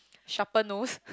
sharper nose